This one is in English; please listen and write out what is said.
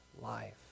life